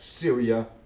Syria